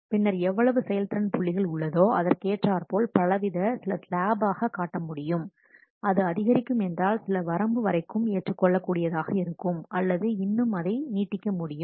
பின்னர் எவ்வளவு செயல்திறன் புள்ளிகள் உள்ளதோ அதற்கேற்றார்போல் பலவித சில ஸ்லாப்களாக காட்ட முடியும் அது அதிகரிக்கும் என்றால் சில வரம்பு வரைக்கும் ஏற்றுக் கொள்ளக் கூடியதாக இருக்கும் அல்லது இன்னும் அதை நீட்டிக்க முடியும்